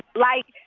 like,